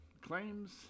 Claims